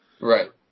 Right